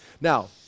Now